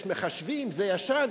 יש מחשבים, זה ישן.